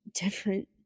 different